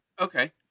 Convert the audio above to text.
Okay